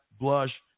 blush